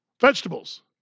vegetables